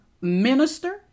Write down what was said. minister